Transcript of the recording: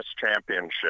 championship